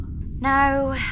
No